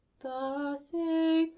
the same